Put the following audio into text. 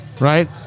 Right